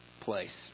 place